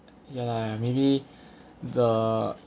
ya lah maybe the